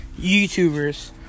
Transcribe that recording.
YouTubers